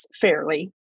fairly